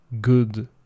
good